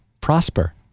Prosper